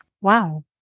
Wow